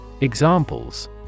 Examples